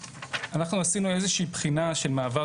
אנחנו עשינו איזו שהיא בחינה של מעבר